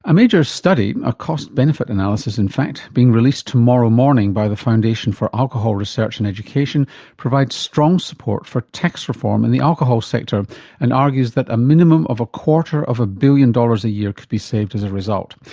a major study, a cost benefit analysis in fact, being released tomorrow morning by the foundation for alcohol research and education provides strong support for tax reform in and the alcohol sector and argues that a minimum of a quarter of a billion dollars a year could be saved as a result.